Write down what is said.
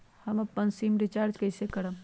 हम अपन sim recharge कइसे करम?